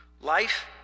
Life